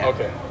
Okay